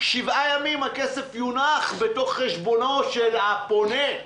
תוך שבעה ימים הכסף יונח בתוך חשבונו של הפונה.